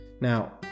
Now